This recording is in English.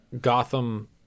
Gotham